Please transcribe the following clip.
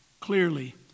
clearly